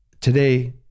Today